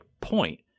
point